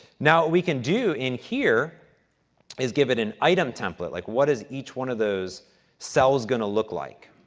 now, what we can do in here is give it an item template. like what is each one of those cells going to look like?